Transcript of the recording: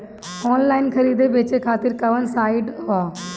Online खरीदे बेचे खातिर कवन साइड ह?